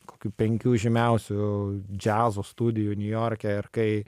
kokių penkių žymiausių džiazo studijų niujorke ir kai